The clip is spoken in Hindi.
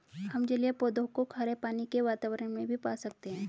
हम जलीय पौधों को खारे पानी के वातावरण में भी पा सकते हैं